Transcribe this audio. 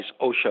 OSHA